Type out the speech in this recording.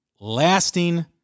lasting